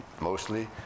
mostly